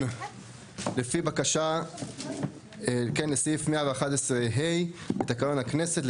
לפי בקשה לפי סעיף 111 (ה) לתקנון הכנסת,